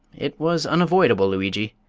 it was unavoidable, luigi,